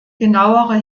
genauere